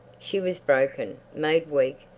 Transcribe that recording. she was broken, made weak,